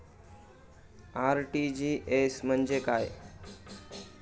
RTGS म्हणजे काय?